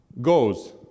goes